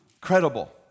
Credible